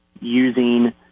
using